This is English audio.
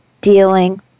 dealing